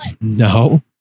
No